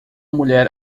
mulher